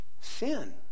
sin